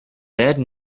bad